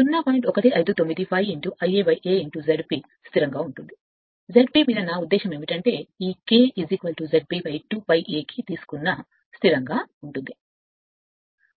159 ∅ IaAZP స్థిరంగా ఉంటుంది ZP మీద నా ఉద్దేశ్యం ఏమిటంటే ఈ K ZP 2 π Aకి తీసుకున్న స్థిరంగా ఉంటుంది